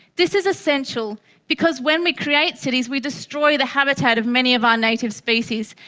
this is essential because when we create cities we destroy the habitat of many of our native species,